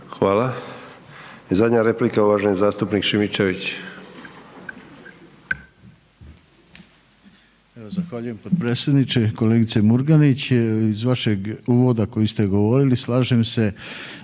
Hvala. I zadnja replika uvaženi zastupnik Šimičević.